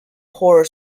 horror